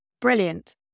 brilliant